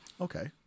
Okay